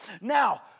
Now